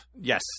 Yes